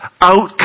out